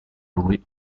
lui